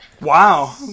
Wow